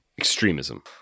Extremism